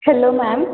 hello ma'am